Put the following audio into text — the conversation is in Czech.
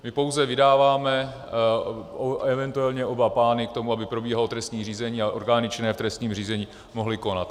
My pouze vydáváme eventuálně oba pány k tomu, aby probíhalo trestní řízení a orgány činné v trestním řízení mohly konat.